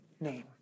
name